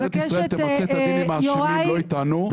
משטרת ישראל תמצה את הדין עם האשמים, לא איתנו.